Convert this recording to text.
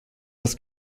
das